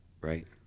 right